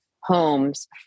homes